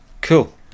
Cool